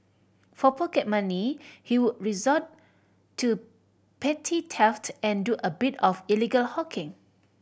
for pocket money he would resort to petty theft and do a bit of illegal hawking